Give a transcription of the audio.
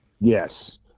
Yes